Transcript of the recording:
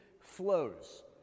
flows